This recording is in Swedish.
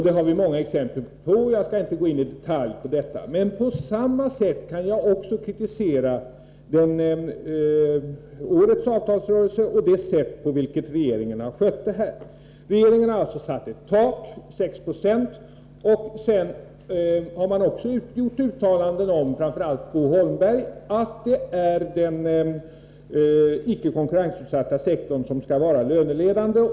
Det har vi många exempel på, och jag skall inte gå in i detalj på detta. På samma sätt kan jag dock också kritisera årets avtalsrörelse och det sätt på vilket regeringen har skött denna. Regeringen har alltså satt ett tak, 6 26. Sedan har man — framför allt Bo Holmberg — gjort uttalanden om att det är den konkurrensutsatta sektorn som skall vara löneledande.